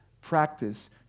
practice